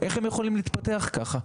איך הם יכולים להתפתח כך?